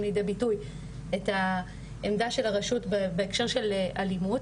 לידי ביטוי את העמדה של הרשות בהקשר של אלימות,